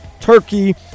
Turkey